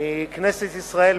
מכנסת ישראל,